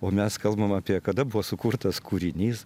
o mes kalbam apie kada buvo sukurtas kūrinys